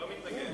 לא מתנגד.